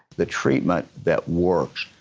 the treatment that works,